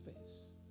face